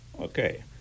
Okay